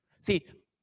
See